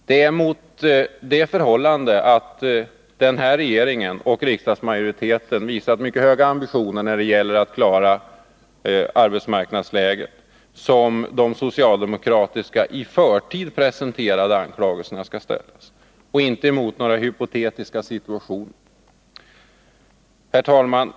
Det är mot det förhållandet, dvs. att den här regeringen och riksdagsmajoriteten visat mycket höga ambitioner när det gäller att klara arbetsmarknadsläget, som socialdemokraternas i förtid presenterade anklagelser skall ställas och inte mot några hypotetiska situationer. Herr talman!